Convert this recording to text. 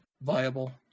viable